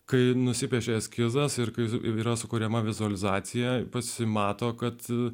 kai nusipiešė eskizas ir kai yra sukuriama vizualizacija pasimato kad